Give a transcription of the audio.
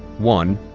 one,